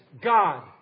God